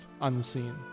unseen